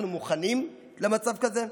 אנחנו מוכנים למצב כזה?